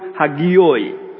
Hagioi